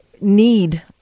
need